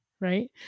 right